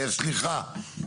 סליחה.